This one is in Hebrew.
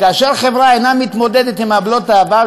כאשר חברה אינה מתמודדת עם עוולות העבר,